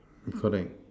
correct